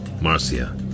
Marcia